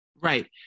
Right